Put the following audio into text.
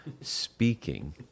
speaking